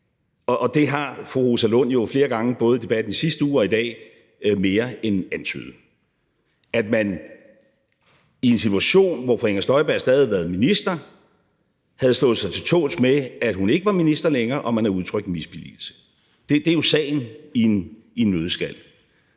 Der har fru Rosa Lund jo flere gange både i debatten i sidste uge og i dag mere end antydet, at man i en situation, hvor fru Inger Støjberg stadig havde været minister, havde slået sig til tåls med, at hun ikke var minister længere, og man havde udtrykt misbilligelse. Det er jo sagen i en nøddeskal.